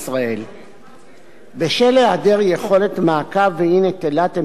בשל היעדר יכולת מעקב ואי-נטילת אמצעי זיהוי של המסתננים,